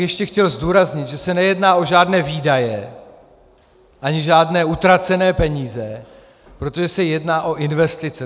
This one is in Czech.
Ještě bych chtěl zdůraznit, že se nejedná o žádné výdaje ani žádné utracené peníze, protože se jedná o investice.